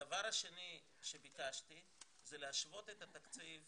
ומשלימה זאב אלקין: הדבר השני שביקשתי זה להשוות את התקציב